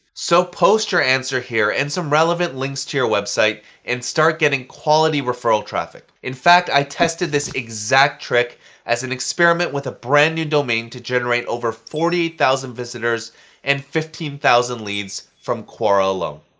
so post your answer here and some relevant links to your website and start getting quality referral traffic. in fact, i tested this exact trick as an experiment with a brand new domain to generate over forty eight thousand visitors and fifteen thousand leads from quora alone.